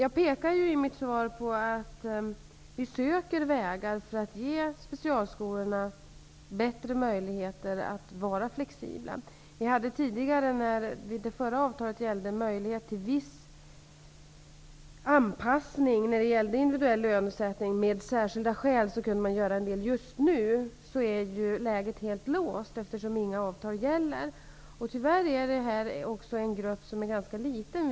I mitt svar pekar jag på att vi söker vägar för att ge specialskolorna bättre möjligheter att vara flexibla. Vi hade tidigare, när det förra avtalet gällde, möjlighet till viss anpassning när det gällde individuell lönesättning. Med särskilda skäl kunde man göra en del. Just nu är läget helt låst eftersom inga avtal gäller. Tyvärr är detta också en grupp som är ganska liten.